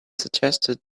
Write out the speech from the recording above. suggested